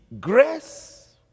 grace